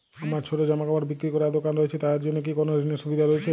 আমার ছোটো জামাকাপড় বিক্রি করার দোকান রয়েছে তা এর জন্য কি কোনো ঋণের সুবিধে রয়েছে?